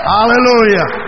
Hallelujah